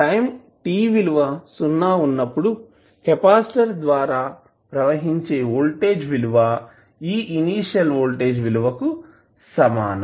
time t విలువ సున్నా ఉన్నప్పుడు కెపాసిటర్ ద్వారా ప్రవహించే వోల్టేజ్ విలువ ఈ ఇనీషియల్ వోల్టేజ్ విలువ కు సమానం